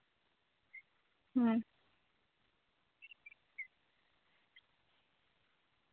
ᱦᱩᱸ